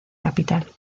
capital